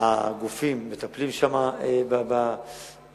הגופים שם מטפלים במחנה.